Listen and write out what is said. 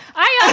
i also